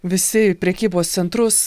visi prekybos centrus